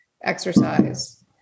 exercise